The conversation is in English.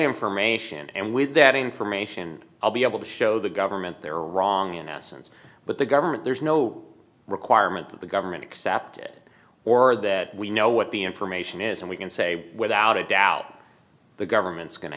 information and with that information i'll be able to show the government they're wrong in essence but the government there's no requirement that the government accept it or that we know what the information is and we can say without a doubt the government's go